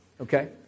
Okay